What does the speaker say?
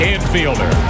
Infielder